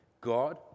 God